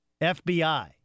FBI